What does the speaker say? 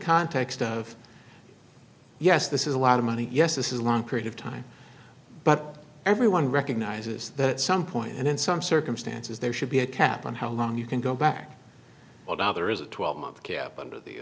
context of yes this is a lot of money yes this is a long period of time but everyone recognizes that some point and in some circumstances there should be a cap on how long you can go back now there is a twelve month cap under the